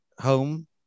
home